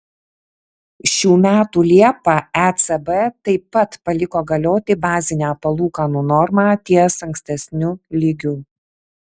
šių metų liepą ecb taip pat paliko galioti bazinę palūkanų normą ties ankstesniu lygiu